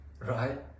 right